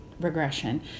regression